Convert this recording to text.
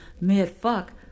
mid-fuck